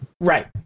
right